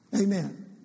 Amen